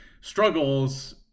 struggles